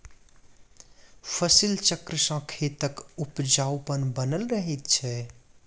फसिल चक्र सॅ खेतक उपजाउपन बनल रहैत छै